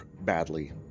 badly